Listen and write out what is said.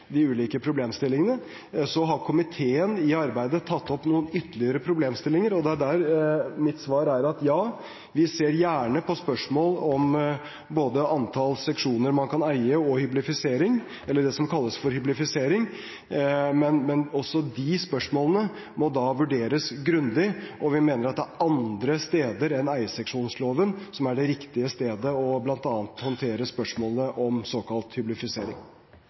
de ulike problemstillingene er grundig vurdert, jeg vil faktisk si gjennomvurdert. Komiteen har i arbeidet ytterligere tatt opp noen problemstillinger, og det er der mitt svar er at ja, vi ser gjerne på spørsmål både om antall seksjoner man kan eie, og om det som kalles hyblifisering, men også de spørsmålene må da vurderes grundig, og vi mener det er andre steder enn eierseksjonsloven som er det riktige stedet for å håndtere bl.a. spørsmålene om såkalt